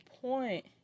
point